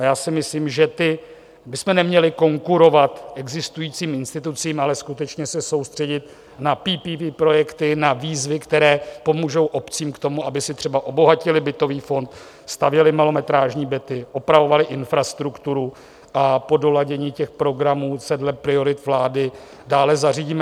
A já si myslím, že bychom neměli konkurovat existujícím institucím, ale skutečně se soustředit na PTP projekty, na výzvy, které pomůžou obcím k tomu, aby si třeba obohatily bytový fond, stavěly malometrážní byty, opravovaly infrastrukturu, a po doladění těch programů se dle priorit vlády dále zařídíme.